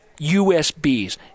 usbs